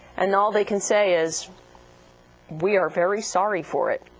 and all they can say is we are very sorry for it.